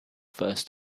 first